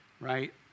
right